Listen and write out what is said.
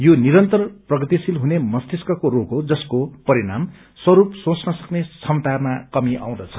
यो निरन्तर प्रगतिशील हुने मस्तिकको रोग हो जसको परिणाम स्वरूप् सोच्न सक्ने क्षमतामा कमी आउँदछ